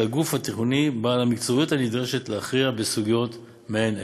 שהיא הגוף התכנוני בעל המקצועיות הנדרשת להכריע בסוגיות מעין אלה,